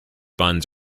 buns